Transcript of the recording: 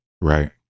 right